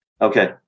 Okay